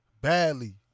Badly